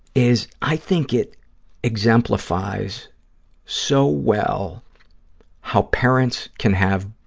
is i think it exemplifies so well how parents can have,